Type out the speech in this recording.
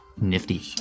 Nifty